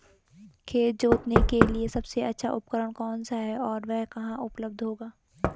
खेत जोतने के लिए सबसे अच्छा उपकरण कौन सा है और वह कहाँ उपलब्ध होगा?